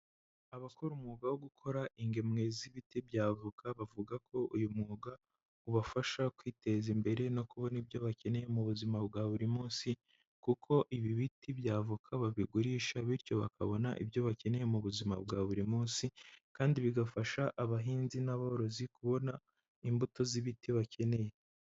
Abakora umwuga wo gukora ingemwe z'ibiti bya avoka bavuga ko uyu mwuga ubafasha kwiteza imbere no kubona ibyo bakeneye mu buzima bwa buri munsi, kuko ibi biti by'avoka babigurisha, bityo bakabona ibyo bakeneye mu buzima bwa buri munsi, kandi bigafasha abahinzi n'aborozi kubona imbuto z'ibiti bakeneye.